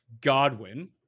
Godwin